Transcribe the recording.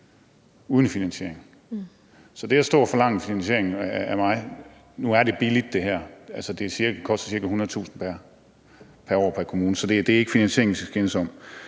uden finansiering. Og så står man og forlanger finansiering af mig. Nu er det her billigt. Det koster ca. 100.000 kr. pr. år pr. kommune, så det er ikke finansieringen, vi skal skændes om.